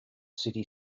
city